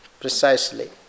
precisely